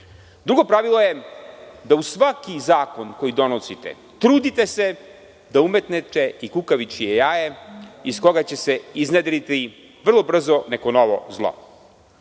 pravilo je da se uz svaki zakon koji donosite trudite da umetnete i kukavičije jaje iz koga će se iznedriti vrlo brzo neko novo